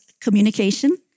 communication